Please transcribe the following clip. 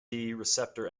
receptor